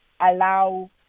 allow